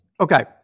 Okay